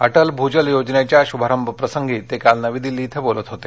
अ ऊ भूजल योजनेच्या शुभारंभ प्रसंगी ते काल नवी दिल्ली इथं बोलत होते